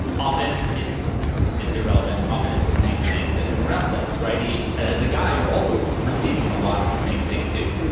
often, it's it's irrelevant. often, it's the same thing that everyone else says. right? as a guy, you're also receiving a lot of the same thing, too,